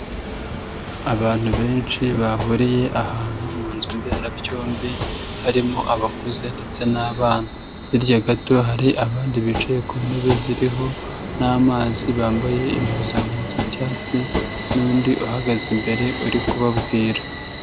Abantu benshi bahuriye ahantu mu nzu mberarabyombi harimo abakuze ndetse n'abana, hirya gato hari abandi bicaye ku ntebe ziriho n'amazi, bambaye impuzankano z'icyatsi n'undi uhagaze imbere uri kubabwira.